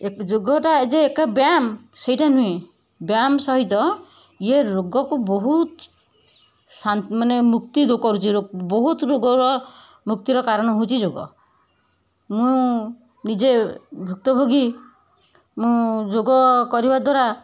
ଯୋଗଟା ଯେ ଏକା ବ୍ୟାୟାମ ସେଇଟା ନୁହେଁ ବ୍ୟାୟାମ ସହିତ ଇଏ ରୋଗକୁ ବହୁତ ମାନେ ମୁକ୍ତି କରୁଛି ବହୁତ ରୋଗର ମୁକ୍ତିର କାରଣ ହେଉଛି ଯୋଗ ମୁଁ ନିଜେ ଭୁକ୍ତଭୋଗୀ ମୁଁ ଯୋଗ କରିବା ଦ୍ୱାରା